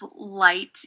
light